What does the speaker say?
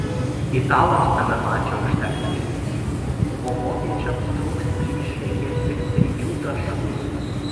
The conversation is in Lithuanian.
italams tame mače užteks ir lygiųjų o vokiečiams trūks plyš reikės tik trijų taškų